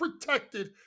protected